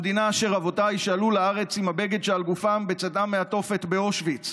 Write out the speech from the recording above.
המדינה אשר אבותיי עלו אליה עם הבגד שעל גופם בצאתם מהתופת באושוויץ,